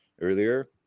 earlier